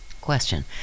Question